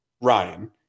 Ryan